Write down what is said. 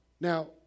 Now